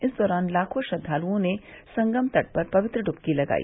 इस दौरान लाखों श्रद्वालुओं ने संगम तट पर पवित्र डुबकी लगाई